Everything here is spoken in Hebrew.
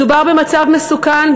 מדובר במצב מסוכן,